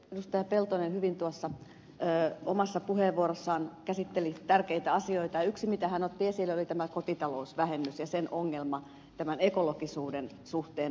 peltonen käsitteli hyvin omassa puheenvuorossaan tärkeitä asioita ja yksi minkä hän otti esille oli tämä kotitalousvähennys ja ongelma muun muassa tämän ekologisuuden suhteen